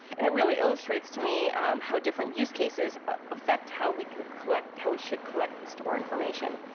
and it really illustrates to me how different use cases affect how we can collect, how we should collect and store information.